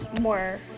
more